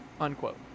unquote